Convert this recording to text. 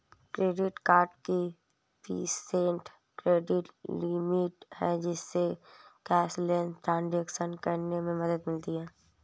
credit card की preset credit limit है, जिससे कैशलेस ट्रांज़ैक्शन करने में मदद मिलती है